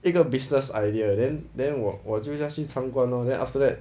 一个 business idea then then 我我就要去参观 lor then after that